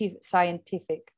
scientific